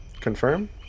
confirm